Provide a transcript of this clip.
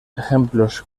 ejemplos